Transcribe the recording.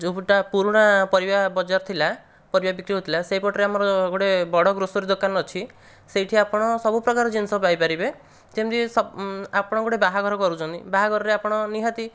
ଯେଉଁ ପଟଟା ପୁରୁଣା ପରିବା ବଜାର ଥିଲା ପରିବା ବିକ୍ରି ହେଉଥିଲା ସେଇପଟରେ ଆମର ଗୋଟିଏ ବଡ଼ ଗ୍ରୋସରୀ ଦୋକାନ ଅଛି ସେଇଠି ଆପଣ ସବୁପ୍ରକାର ଜିନିଷ ପାଇପାରିବେ ଯେମତି ସପ୍ ଆପଣ ଗୋଟିଏ ବାହାଘର କରୁଛନ୍ତି ବାହାଘରରେ ଆପଣ ନିହାତି